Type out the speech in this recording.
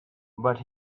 but